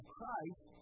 Christ